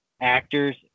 actors